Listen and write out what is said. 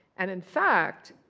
and in fact,